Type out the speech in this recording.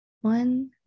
one